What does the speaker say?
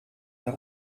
der